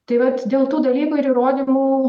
tai vat dėl tų dalykų ir įrodymų